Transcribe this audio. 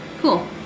cool